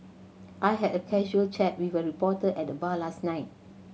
I had a casual chat with a reporter at the bar last night